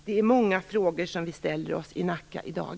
Det är många frågor som vi ställer oss i Nacka i dag.